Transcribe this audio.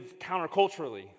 counterculturally